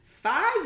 Five